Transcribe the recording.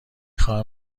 خواهم